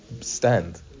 stand